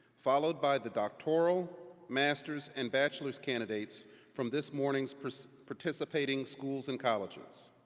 followed by the doctoral, masters and bachelors candidates from this morning's participating schools and colleges.